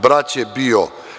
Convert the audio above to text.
Brat je bio.